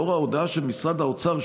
לאור ההודעה של משרד האוצר,